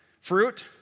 Fruit